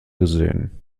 gesehen